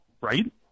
right